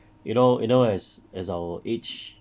you know you know as as our age